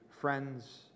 friends